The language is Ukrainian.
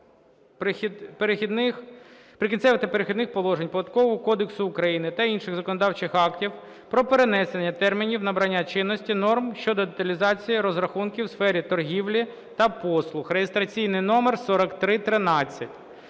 "Прикінцеві та перехідні положення" Податкового кодексу України та інших законодавчих актів про перенесення термінів набрання чинності норм щодо детінізації розрахунків в сфері торгівлі та послуг (реєстраційний номер 4313).